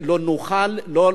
ואם לא נעשה את זה,